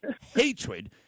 hatred